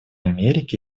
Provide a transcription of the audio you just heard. америки